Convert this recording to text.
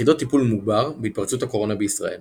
יחידות טיפול מוגבר בהתפרצות הקורונה בישראל